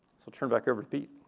so turn back over to pete.